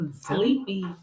Sleepy